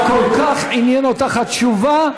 כל כך עניינה אותך התשובה,